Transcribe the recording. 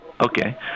Okay